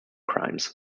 crimes